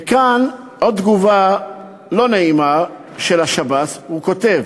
וכאן עוד תגובה לא נעימה של השב"ס, הוא כותב: